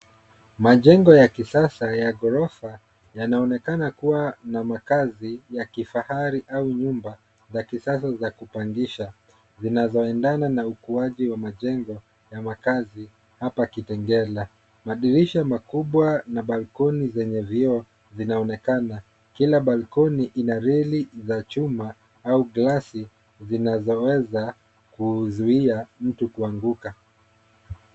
Majengo ya kisasa ya ghorofa yanaonekana kuwa na makazi ya kifahari au nyumba za kisasa za kupangisha zinazoendana na ukuaji wa majengo ya makazi hapa Kitengela. Madirisha makubwa na balcony zenye vioo zinaonekana. Kila balcony ina reli za chuma au glass zinazoweza kuzuia mtu kuanguka.